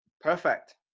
Perfect